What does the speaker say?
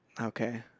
Okay